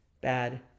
bad